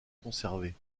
conservés